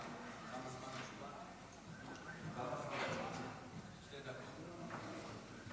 חברי הכנסת,